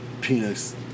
penis